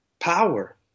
Power